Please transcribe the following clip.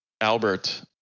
Albert